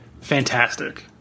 fantastic